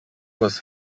was